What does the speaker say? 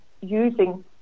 using